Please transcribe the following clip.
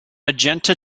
magenta